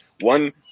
One